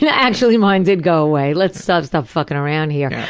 you know actually mine did go away, let's so stop fucking around here.